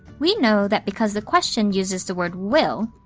we know that because the question uses the word will,